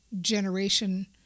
generation